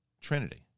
trinity